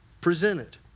presented